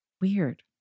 weird